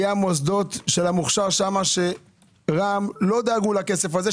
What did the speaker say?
היה מוסדות של המוכשר שרע"מ לא דאגו לכסף הזה,